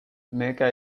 mecca